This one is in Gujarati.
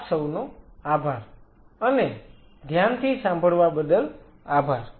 આપ સૌનો આભાર અને ધ્યાનથી સાંભળવા બદલ આભાર